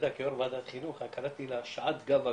כיו"ר ועדת חינוך, קראתי לשעה הזאת 'שעת גב הגמל',